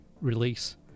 Release